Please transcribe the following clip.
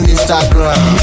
Instagram